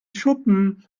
schuppen